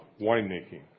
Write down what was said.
winemaking